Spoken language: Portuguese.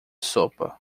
sopa